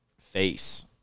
face